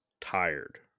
tired